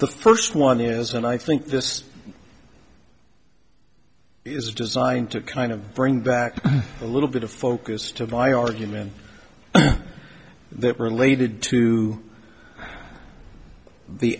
the first one years and i think this it's designed to kind of bring back a little bit of focus to my argument that related to the